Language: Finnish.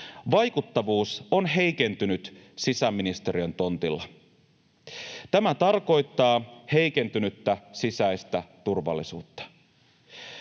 vaikuttavuus on heikentynyt sisäministeriön tontilla. Tämä tarkoittaa heikentynyttä sisäistä turvallisuutta.